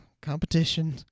competition